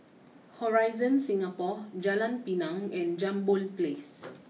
Horizon Singapore Jalan Pinang and Jambol place